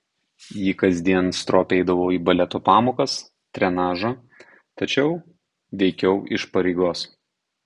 ji kasdien stropiai eidavo į baleto pamokas trenažą tačiau veikiau iš pareigos